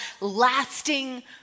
lasting